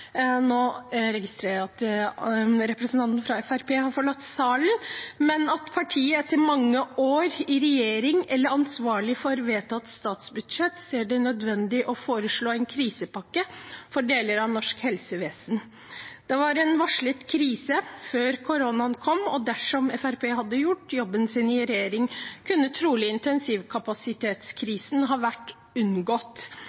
nå registrerer jeg at representanten fra Fremskrittspartiet har forlatt salen – at partiet etter mange år i regjering og ansvarlig for vedtatt statsbudsjett, ser det nødvendig å foreslå en krisepakke for deler av norsk helsevesen. Det var en varslet krise før koronaen kom, og dersom Fremskrittspartiet hadde gjort jobben sin i regjering, kunne trolig